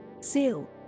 Seal